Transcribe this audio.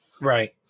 Right